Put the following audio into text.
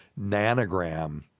nanogram